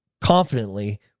confidently